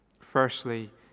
Firstly